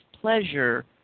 pleasure